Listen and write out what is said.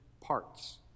parts